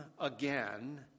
again